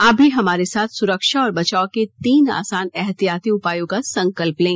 आप भी हमारे साथ सुरक्षा और बचाव के तीन आसान एहतियाती उपायों का संकल्प लें